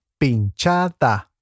pinchada